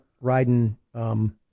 riding